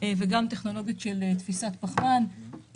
וגם טכנולוגיות של תפיסת פחמן,